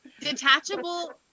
Detachable